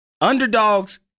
Underdogs